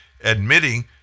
admitting